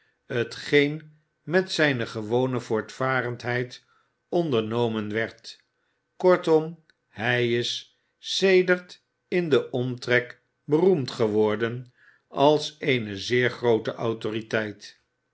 t geen met zijne gewone voortvarendheid ondernomen werd kortom hij is sedert in den omtrek beroemd geworden als eene zeer groote autoriteit